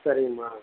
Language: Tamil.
சரிங்கம்மா